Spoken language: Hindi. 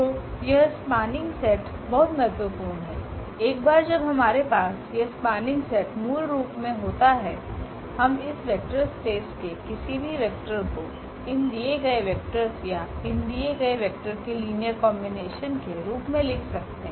तो यह स्पनिंग सेट बहुत महत्वपूर्ण है एक बार जब हमारे पास यह स्पनिंग सेट मूल रूपमे होता है हम इस वेक्टर स्पेस के किसी भी वेक्टर को इन दिए गए वेक्टर्स या इन दिए गए वेक्टर के लीनियर कॉम्बिनेशन के रूप में लिख सकते हैं